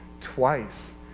twice